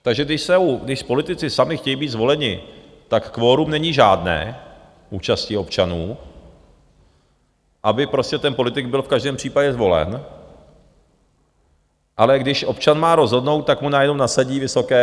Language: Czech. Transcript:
Takže když politici sami chtějí být zvoleni, tak kvorum není žádné účasti občanů, aby prostě ten politik byl v každém případě zvolen, ale když občan má rozhodnout, tak mu najednou nasadí vysoké...